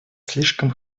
слишком